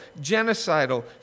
genocidal